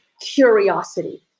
curiosity